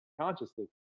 consciously